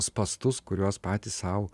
spąstus kuriuos patys sau